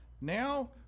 now